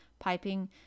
Piping